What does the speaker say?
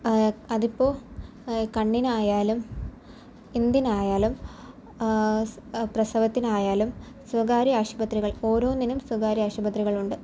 അതിപ്പോൾ കണ്ണിനായാലും എന്തിനായാലും പ്രസവത്തിനായാലും സ്വകാര്യ ആശുപത്രികൾ ഓരോന്നിനും സ്വകാര്യ ആശുപത്രികളുണ്ട്